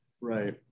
Right